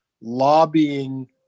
lobbying